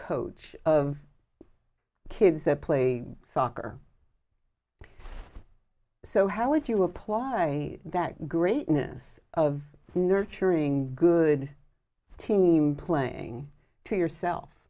coach of kids that play soccer so how would you apply that greatness of nurturing good team playing to yourself